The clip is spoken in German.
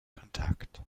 kontakt